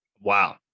Wow